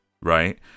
right